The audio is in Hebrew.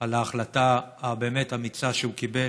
על ההחלטה הבאמת-אמיצה שהוא קיבל,